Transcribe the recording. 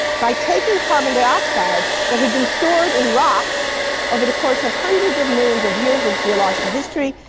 by taking carbon dioxide that had been stored in rocks over the course of hundreds of millions of years of geological history,